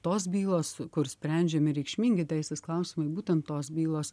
tos bylos kur sprendžiami reikšmingi teisės klausimai būtent tos bylos